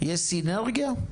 יש סינרגיה?